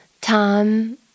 time